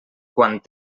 quant